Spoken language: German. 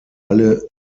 alle